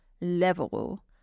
level